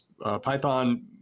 Python